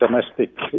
domestic